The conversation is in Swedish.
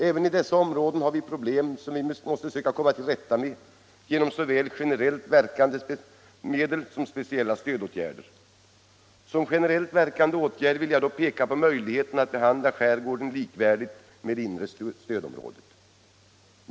Även i dessa områden har vi problem, som vi måste söka komma till rätta med genom såväl generellt verkande medel som speciella stödåtgärder. Som generellt verkande åtgärd vill jag då peka på möjligheten att behandla skärgården likvärdigt med det inre stödområdet.